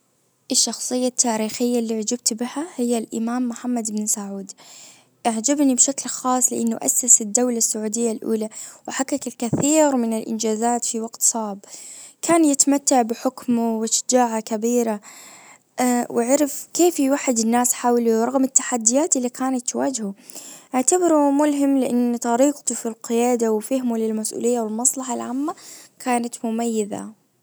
الشخصية التاريخية اللي اعجبت بها هي الامام محمد بن سعود اعجبني بشكل خاص لانه اسس الدولة السعودية الاولى وحقق الكثير من الانجازات في وقت صعب كان يتمتع بحكمه وشجاعة كبيرة وعرف كيف يوحد الناس حوله ورغم التحديات اللي كانت تواجهه اعتبره ملهم لان طريقته في القيادة وفهمه للمسئولية والمصلحة العامة كانت مميزة.